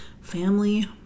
family